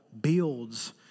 builds